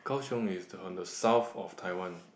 Gao-Xiong is the on the south of Taiwan